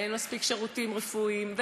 ואין מספיק שירותים רפואיים,